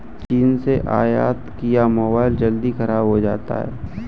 चीन से आयत किया मोबाइल जल्दी खराब हो जाता है